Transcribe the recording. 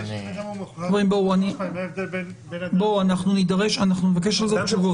מה ההבדל בין --- אנחנו נבקש על זה תשובות.